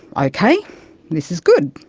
ah okay, this is good,